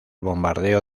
bombardeo